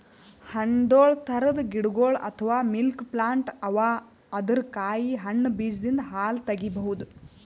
ಹದ್ದ್ನೊಳ್ ಥರದ್ ಗಿಡಗೊಳ್ ಅಥವಾ ಮಿಲ್ಕ್ ಪ್ಲಾಂಟ್ ಅವಾ ಅದರ್ ಕಾಯಿ ಹಣ್ಣ್ ಬೀಜದಿಂದ್ ಹಾಲ್ ತಗಿಬಹುದ್